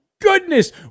goodness